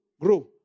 grow